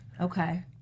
Okay